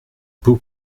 beau